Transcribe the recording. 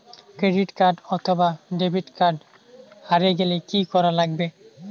Credit card অথবা debit card হারে গেলে কি করা লাগবে?